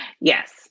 yes